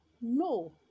No